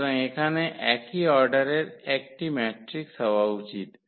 সুতরাং এখানে একই অর্ডারের একটি ম্যাট্রিক্স হওয়া উচিত